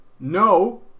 No